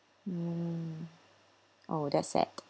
mm oh that's sad